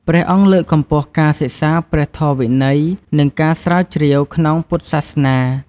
ព្រះអង្គលើកកម្ពស់ការសិក្សាព្រះធម៌វិន័យ និងការស្រាវជ្រាវក្នុងពុទ្ធសាសនា។